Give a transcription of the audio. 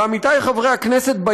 ועמיתי חברי הכנסת,